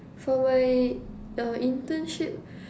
for my uh internship